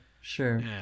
sure